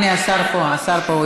הינה, השר פה, השר פה.